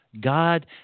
God